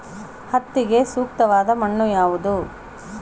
ಹತ್ತಿಗೆ ಸೂಕ್ತವಾದ ಮಣ್ಣು ಯಾವುದು?